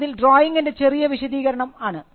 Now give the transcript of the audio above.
അതിൽ ഡ്രോയിംഗിൻറെ ചെറിയ വിശദീകരണം ആണ്